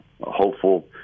hopeful